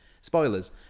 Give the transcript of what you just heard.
spoilers